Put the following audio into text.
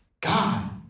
God